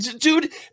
Dude